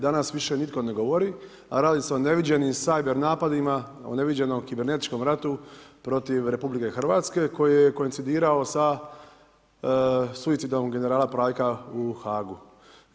Danas više nitko ne govori, a radi se o neviđenim sajder napadima, o neviđenom kibernetičkom ratu protiv RH, koji je koincidirao sa suicidom generala Praljka u HAG-u.